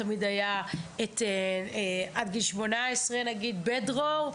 תמיד היה את עד גיל 18 נגיד "בית דרור",